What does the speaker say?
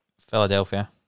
Philadelphia